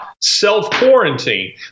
self-quarantine